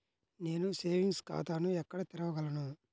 నేను సేవింగ్స్ ఖాతాను ఎక్కడ తెరవగలను?